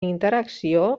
interacció